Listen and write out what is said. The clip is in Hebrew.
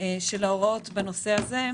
של ההוראות בנושא הזה,